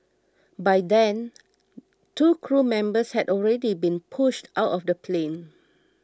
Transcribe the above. by then two crew members had already been pushed out of the plane